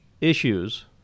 issues